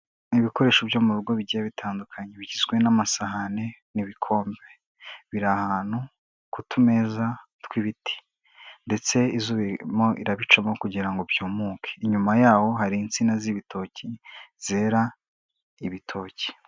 Ibikoresho byo mu rugo bigiye bitandukanye, bigizwe n'amasahani, n'ibikombe, biri ahantu ku tumeza tw'ibiti, ndetse irabicamo kugira ngo byumuke, inyuma yaho hari insina z'ibitoki zera ibitoki.